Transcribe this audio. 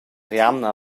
jamna